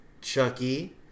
Chucky